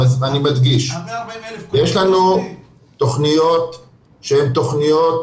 אני מדגיש, יש לנו תכניות שהן תכניות